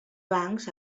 bancs